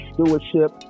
stewardship